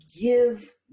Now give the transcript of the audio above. give